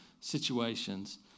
situations